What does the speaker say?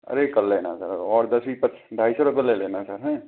अड़ाई कर लेना सर और ढाई सौ रुपये ले लेना सर हैं